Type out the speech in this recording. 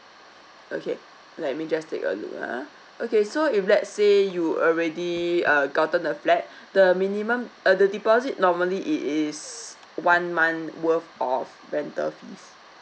okay let me just take a look ah okay so if let's say you already uh gotten the flat the minimum uh the deposit normally it is one month worth of rental fees